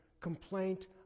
complaint